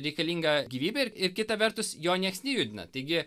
reikalinga gyvybė ir ir kita vertus jo nieks nejudina taigi